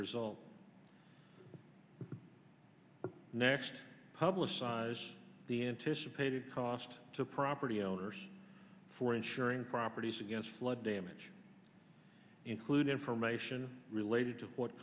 result next publicize the anticipated cost to property owners for ensuring properties against flood damage include information related to what